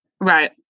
Right